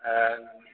आयँ